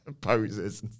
Poses